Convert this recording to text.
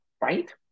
right